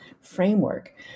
framework